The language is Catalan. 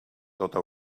tota